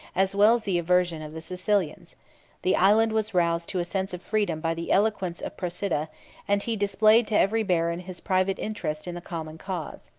as well as the aversion, of the sicilians the island was roused to a sense of freedom by the eloquence of procida and he displayed to every baron his private interest in the common cause.